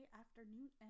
afternoon